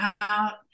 out